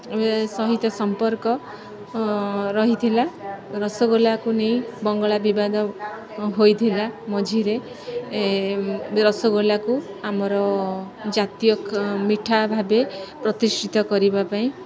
ସହିତ ସମ୍ପର୍କ ରହିଥିଲା ରସଗୋଲାକୁ ନେଇ ବଙ୍ଗଳା ବିବାଦ ହୋଇଥିଲା ମଝିରେ ରସଗୋଲାକୁ ଆମର ଜାତୀୟ ମିଠା ଭାବେ ପ୍ରତିଷ୍ଠିତ କରିବା ପାଇଁ